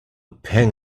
pang